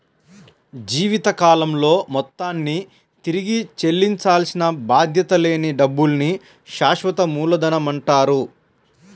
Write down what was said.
జీవితకాలంలో మొత్తాన్ని తిరిగి చెల్లించాల్సిన బాధ్యత లేని డబ్బుల్ని శాశ్వత మూలధనమంటారు